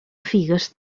figues